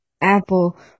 Apple